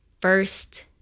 first